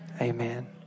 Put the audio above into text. amen